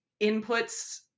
Inputs